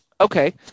Okay